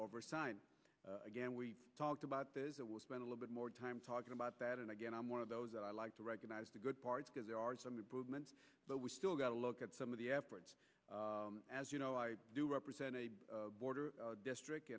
sign again we talked about it will spend a little bit more time talking about that and again i'm one of those i'd like to recognize the good parts because there are some improvements but we still got a look at some of the efforts as you know i do represent a border district